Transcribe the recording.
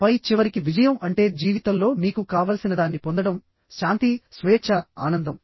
ఆపై చివరికి విజయం అంటే జీవితంలో మీకు కావలసినదాన్ని పొందడం శాంతి స్వేచ్ఛ ఆనందం